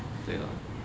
对咯